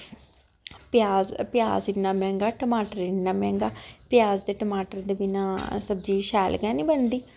प्याज प्याज इन्ना मैहंगा टमाटर इन्ना मैहंगा प्याज ते टमाटर दे बिना सब्जी शैल गै निं बनदी